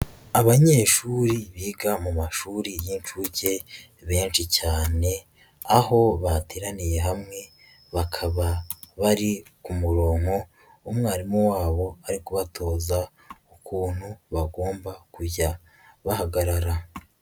Abanyeshuri biga mu mashuri y'inshuke benshi cyane, aho bateraniye hamwe bakaba bari ku murongo, umwarimu wabo ari kubatoza ukuntu bagomba kujya bahagarara.